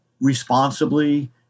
responsibly